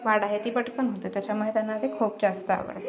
वाढ आहे ती पटपन होते त्याच्यामुळे त्यांना ते खूप जास्त आवडते